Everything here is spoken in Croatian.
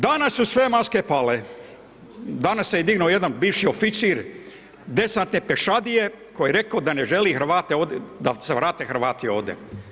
Danas su sve maske pale, danas se dignuo i jedan bivši oficir desantne pešadije koji je rekao da ne želi Hrvate, da se vrate Hrvati ovdje.